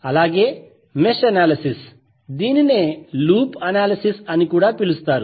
అలాగే mesh analysis దీనినే loop analysis అని కూడా పిలుస్తారు